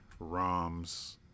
ROMs